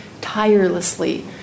tirelessly